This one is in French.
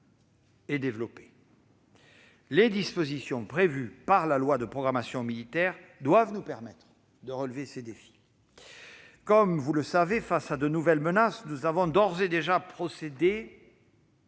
Les dispositions figurant dans la loi de programmation militaire doivent nous permettre de relever ces défis. Comme vous le savez, face à de nouvelles menaces, nous avons d'ores et déjà procédé à des inflexions, par